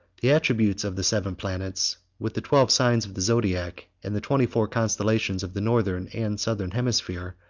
the attributes of the seven planets, with the twelve signs of the zodiac, and the twenty-four constellations of the northern and southern hemisphere,